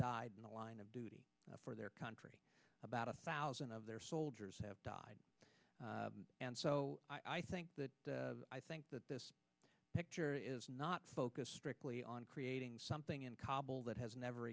died in the line of duty for their country about a thousand of their soldiers have died and so i think that i think that this picture is not focused strictly on creating something in kabul that has never